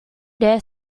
dare